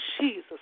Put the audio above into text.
Jesus